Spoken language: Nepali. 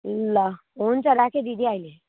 ल हुन्छ राखे दिदी अहिले